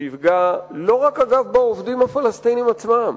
שיפגע לא רק בעובדים הפלסטינים עצמם,